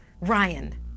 Ryan